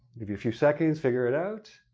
give you a few seconds, figure it out.